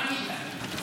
לא ענית.